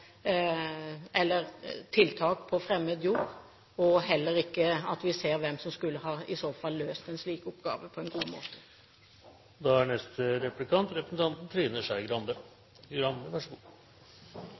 tiltak på fremmed jord, og heller ikke at vi ser hvem som i så fall skulle ha løst en slik oppgave på en god måte. De forslagene som Venstre legger fram i dag, er